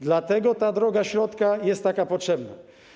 Dlatego ta droga środka jest tak potrzebna.